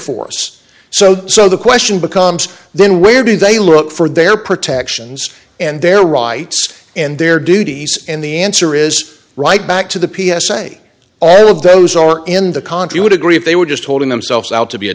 force so so the question becomes then where do they look for their protections and their rights and their duties and the answer is right back to the p s a all of those are in the contract would agree if they were just holding themselves out to be a